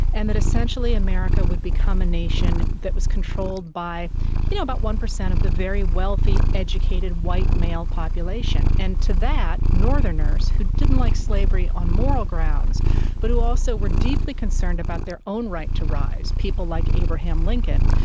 and that essentially america would become a nation that was by you know about one percent of the very wealthy, educated, white, male population, and to that, northerners, who didn't like slavery on moral grounds but who also were deeply concerned about their own right to rise, people like abraham lincoln,